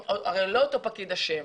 הרי לא אותו פקיד אשם,